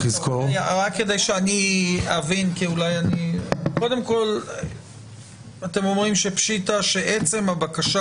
רק כדי להבין, אתם בעצם אומרים שעצם הבקשה